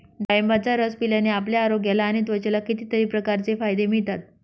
डाळिंबाचा रस पिल्याने आपल्या आरोग्याला आणि त्वचेला कितीतरी प्रकारचे फायदे मिळतात